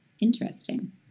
interesting